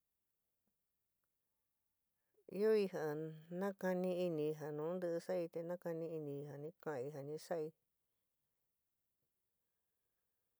Ɨói ja nakani inɨ, ja nu ntiɨ sa'ai te nakani inií ja ni kaan'ií ja ni sa'í.